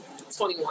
21